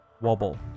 wobble